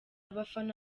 abafana